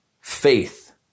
faith